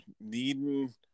needing